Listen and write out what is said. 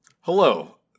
Hello